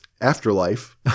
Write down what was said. afterlife